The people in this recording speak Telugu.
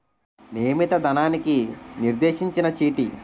నియమిత ధనానికి నిర్దేశించిన చీటీ